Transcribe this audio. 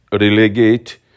relegate